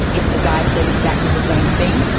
if a guy said exactly the same thing,